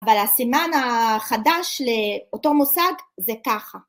אבל הסימן החדש לאותו מושג זה ככה.